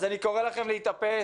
אז אני קורא לכם להתאפס.